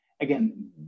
Again